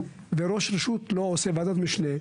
וראש רשות לא עושה וועדת משנה,